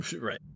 Right